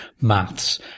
maths